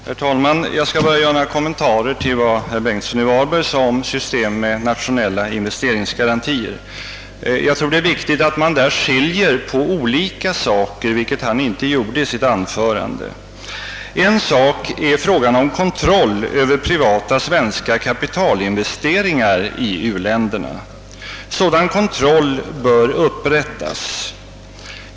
Herr talman! Jag skall bara göra några kommentarer till vad herr Bengtsson 1 Varberg sade om ett system med nationella investeringsgarantier. Jag tror det är viktigt att man därvidlag skiljer på olika saker, vilket han inte gjorde i sitt anförande. En sak är frågan om kontroll över privata svenska kapitalinvesteringar i u-länderna. Sådan kontroll bör upprättas.